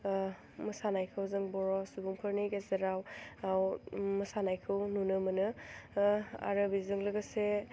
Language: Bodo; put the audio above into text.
मोसानायखौ जों बर' सुबुंफोरनि गेजेराव मोसानायखौ नुनो मोनो आरो बेजों लोगोसे